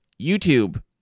YouTube